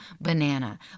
banana